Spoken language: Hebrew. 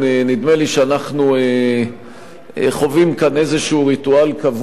נדמה לי שאנחנו חווים כאן איזה ריטואל קבוע,